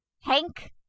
Hank